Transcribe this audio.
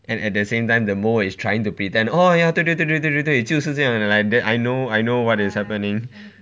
and at the same time the mole is trying to pretend oh ya 对对对对对对对就是这样 like that I know I know what is happening